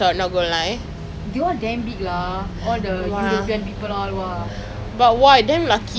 it was damn nice lah but we were seated right at the top lah because like we couldn't get tickets